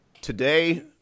Today